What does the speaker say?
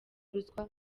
ruswa